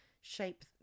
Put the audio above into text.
shape